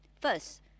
First